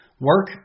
Work